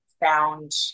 found